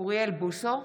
אוריאל בוסו,